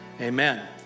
amen